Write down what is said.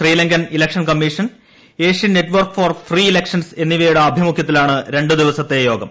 Sri Lankan election commission Asian network for free elections എന്നിവയുടെ ആഭിമുഖ്യ ത്തിലാണ് രണ്ടു ദിവസത്തെ യോഗം